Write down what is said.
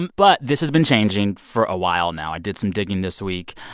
but this has been changing for a while now. i did some digging this week.